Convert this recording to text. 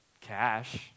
cash